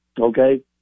Okay